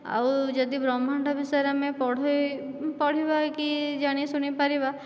ଆଉ ଯଦି ବ୍ରହ୍ମାଣ୍ଡ ବିଷୟରେ ଆମେ ପଢ଼େ ପଢ଼ିବା କି ଜାଣିଶୁଣି ପାରିବା